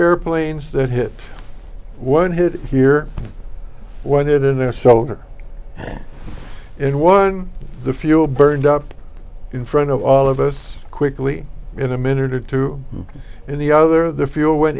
airplanes that hit one hit here what hit in their shoulder in one of the fuel burned up in front of all of us quickly in a minute or two and the other the fuel went